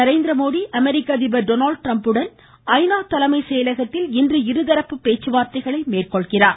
நரேந்திரமோடி அமெரிக்க அதிபர் டொனால்ட் ட்ரம்புடன் ஐநா தலைமை செயலகத்தில் இன்று இருதரப்பு பேச்சுவார்த்தைகளை மேற்கொள்கிறார்